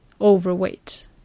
overweight